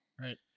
right